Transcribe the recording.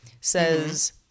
says